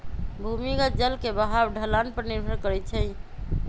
भूमिगत जल के बहाव ढलान पर निर्भर करई छई